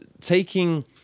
taking